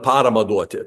paramą duoti